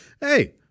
hey